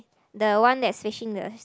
the one that's facing the